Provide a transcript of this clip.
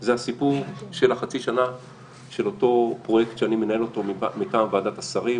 זה הסיפור של החצי-שנה של אותו פרויקט שאני מנהל אותו מטעם ועדת השרים